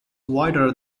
wider